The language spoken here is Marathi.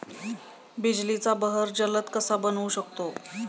बिजलीचा बहर जलद कसा बनवू शकतो?